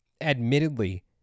admittedly